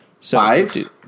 Five